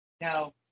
no